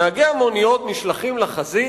נהגי המוניות נשלחים לחזית,